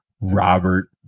Robert